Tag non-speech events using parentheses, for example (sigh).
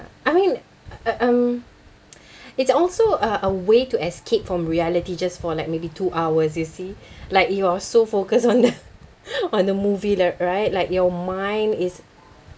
I mean uh uh um it's also uh a way to escape from reality just for like maybe two hours you see like you're so focused on the (laughs) on the movie like right like your mind is